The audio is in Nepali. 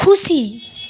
खुसी